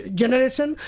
generation